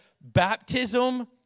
baptism